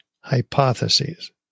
hypotheses